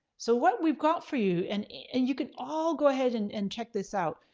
so what we've got for you and and you can all go ahead and and check this out,